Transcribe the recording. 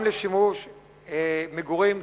גם לשימוש מגורים,